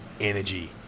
energy